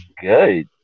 good